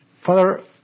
Father